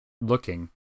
looking